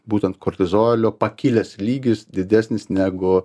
būtent kortizolio pakilęs lygis didesnis negu